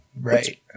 Right